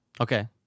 Okay